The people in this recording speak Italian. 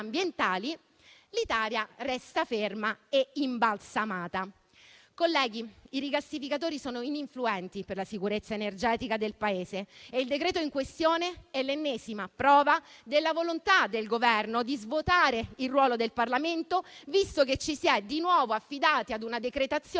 l'Italia resta ferma e imbalsamata. Colleghi, i rigassificatori sono ininfluenti per la sicurezza energetica del Paese e il decreto in questione è l'ennesima prova della volontà del Governo di svuotare il ruolo del Parlamento, visto che ci si è di nuovo affidati a una decretazione